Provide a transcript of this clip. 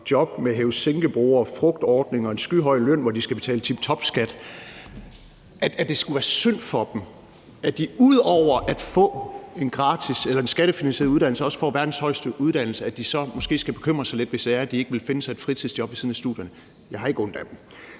jobs med hæve-sænke-borde, frugtordning og en skyhøj løn, hvor de skal betale tiptopskat. I forhold til at det skulle være synd for dem, at de udover at få en skattefinansieret uddannelse og også verdens højeste uddannelsesstøtte så måske skal bekymre sig lidt, hvis det er sådan, at de ikke vil finde sig et fritidsjob ved siden af studierne, vil jeg sige: Jeg har ikke ondt af dem.